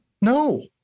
No